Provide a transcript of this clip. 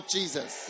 Jesus